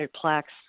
plaques